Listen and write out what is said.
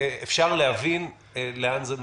אפשר להבין לאן זה מביא.